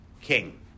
king